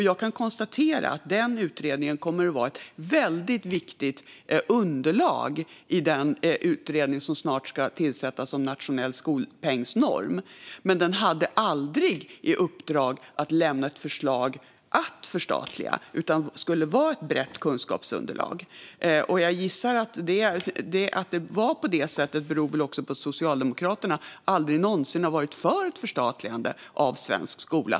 Jag kan konstatera att den utredningen kommer att vara ett viktigt underlag för den utredning som snart ska tillsättas om en nationell skolpengsnorm, men den tidigare utredningen hade aldrig i uppdrag att lämna ett förslag att förstatliga utan skulle enbart utgöra ett brett kunskapsunderlag. Att det var så beror också på att Socialdemokraterna aldrig någonsin har varit för ett förstatligande av svensk skola.